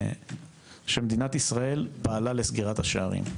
שמדינת ישראל פעלה לסגירת השערים.